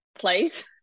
place